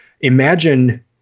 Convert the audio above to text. Imagine